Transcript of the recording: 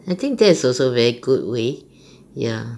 I think that is also very good way ya